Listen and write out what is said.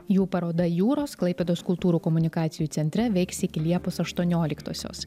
jų paroda jūros klaipėdos kultūrų komunikacijų centre veiks iki liepos aštuonioliktosios